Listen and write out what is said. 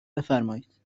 بفرمایید